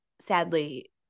sadly